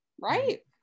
right